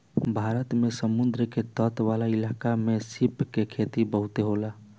भारत में समुंद्र के तट वाला इलाका में सीप के खेती बहुते होला